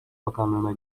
bakanlığına